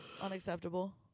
Unacceptable